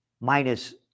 minus